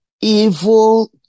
evil